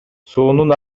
суунун